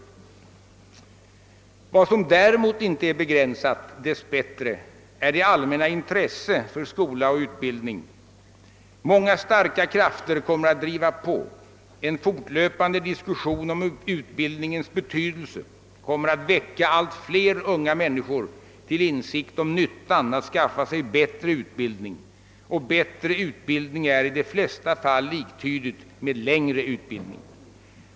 Jag sade då följande: »Vad som däremot inte är begränsat — dess bättre är det allmänna intresset för skola och utbildning. Många starka krafter kommer att driva på. En fortlöpande diskussion om utbildningens betydelse kommer att väcka allt fler unga människor till insikt om nyttan att skaffa sig bättre utbildning, och bättre utbildning är i de flesta fall liktydigt med längre utbildning.